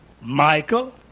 Michael